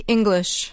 English